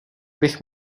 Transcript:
bych